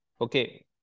Okay